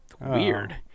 Weird